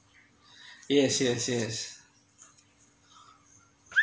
yes yes yes